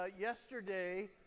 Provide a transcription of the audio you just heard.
yesterday